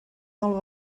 del